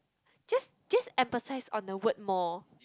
just just emphasize on the word more